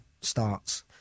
starts